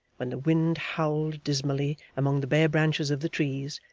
when the wind howled dismally among the bare branches of the trees,